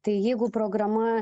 tai jeigu programa